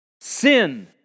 Sin